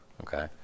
Okay